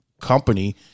company